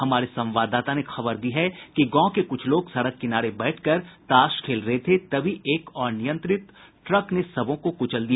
हमारे संवाददाता ने खबर दी है कि गांव के कुछ लोग सड़क किनारे बैठकर ताश खेल रहे थे तभी एक अनियंत्रित ट्रक ने सभी को कुचल दिया